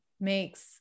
makes